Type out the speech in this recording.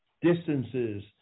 distances